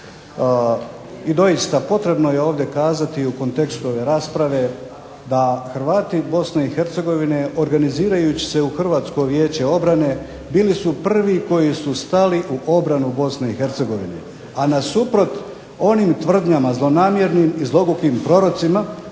i doista potrebno je kazati u kontekstu ove rasprave da Hrvati iz Bosne i Hercegovine organizirajući se u Hrvatsko vijeće obrane bili su prvi koji su stali u obranu BiH, a na suprot onim tvrdnjama, zlonamjernim i zlogukim prorocima